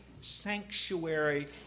sanctuary